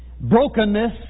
Brokenness